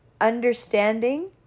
understanding